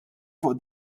fuq